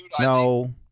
No